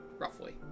roughly